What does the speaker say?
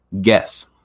guess